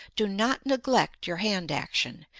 do not neglect your hand-action.